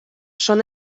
són